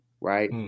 Right